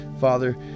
Father